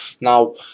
now